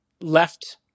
left